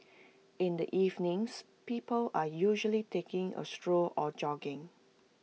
in the evenings people are usually taking A stroll or jogging